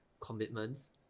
commitments